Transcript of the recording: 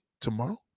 tomorrow